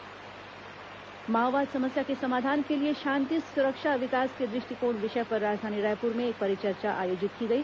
माओवाद समस्या परिचर्चा माओवाद समस्या के समाधान के लिए शांति सुरक्षा विकास के दृष्टिकोण विषय पर राजधानी रायपुर में एक परिचर्चा आयोजित की गई